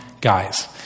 guys